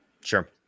Sure